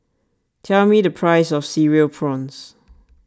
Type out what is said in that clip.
tell me the price of Cereal Prawns